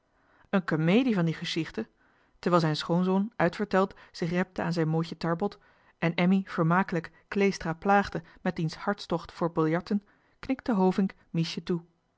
een kemedie van die gesjiechte terwijl zijn schoonzoon uitverteld zich repte aan zijn mootje tarbot en emmy vermakelijk kleestra plaagde met diens hartstocht voor biljarten knikte hovink miesje toe